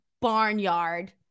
barnyard